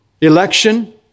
Election